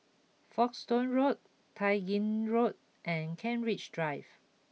Folkestone Road Tai Gin Road and Kent Ridge Drive